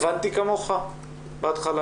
הבנתי כמוך בהתחלה,